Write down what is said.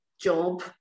job